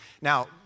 Now